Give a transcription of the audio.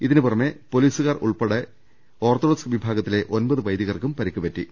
ഇതിനു പുറമെ പൊലിസുകാർ ഉൾപ്പെടെ ഓർത്തഡോക്സ് വിഭാഗത്തിലെ ഒമ്പത് വൈദികർക്കും പരിക്കുപറ്റി